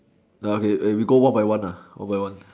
ya okay we go one by one one by one